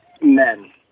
men